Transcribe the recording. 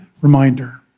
reminder